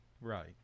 Right